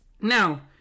Now